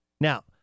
Now